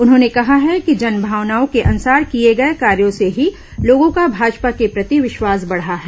उन्होंने कहा कि जनभावनाओं के अनुसार किए गए कार्यों से ही लोगों का भाजपा के प्रति विश्वास बढ़ा है